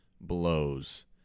blows